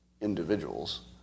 individuals